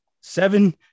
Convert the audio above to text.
seven